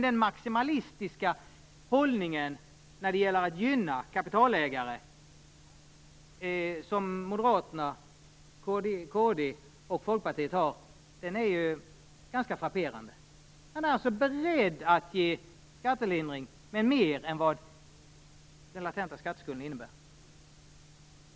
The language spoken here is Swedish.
Den maximalistiska hållningen när det gäller att gynna kapitalägare som Moderaterna, Kristdemokraterna och Folkpartiet har är ganska frapperande. Man är alltså beredd att ge skattelindring, och det gäller då mer än vad den latenta skatteskulden innebär.